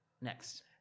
next